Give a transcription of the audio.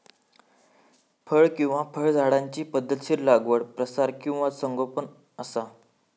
फळ किंवा फळझाडांची पध्दतशीर लागवड प्रसार किंवा संगोपन असा